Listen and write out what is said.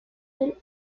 del